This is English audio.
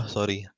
Sorry